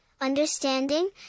understanding